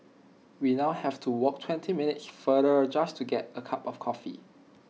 we now have to walk twenty minutes farther just to get A cup of coffee